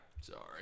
Sorry